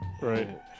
right